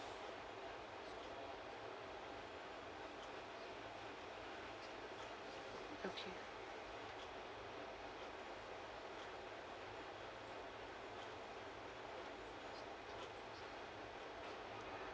okay